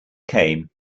came